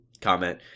comment